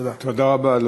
תודה רבה.